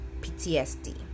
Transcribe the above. ptsd